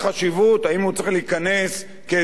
האם הוא צריך להיכנס כאיזה נושא,